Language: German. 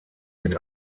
mit